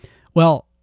well,